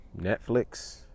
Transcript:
Netflix